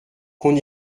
qu’on